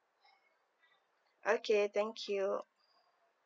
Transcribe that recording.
okay thank you